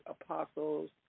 apostles